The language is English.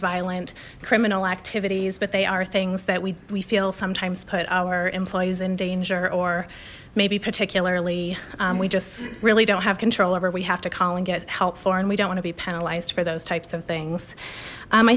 violent criminal activities but they are things that we feel sometimes put our employees in danger or maybe particularly we just really don't have control over we have to call and get help for and we don't want to be penalized for those types of things